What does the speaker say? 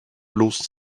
bloß